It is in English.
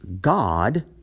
God